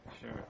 Sure